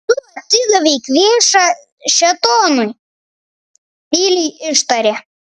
tu atidavei kvėšą šėtonui tyliai ištarė